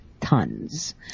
Tons